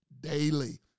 Daily